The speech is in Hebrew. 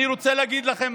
אני רוצה להגיד לכם,